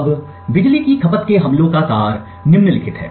अब बिजली की खपत के हमलों का सार निम्नलिखित है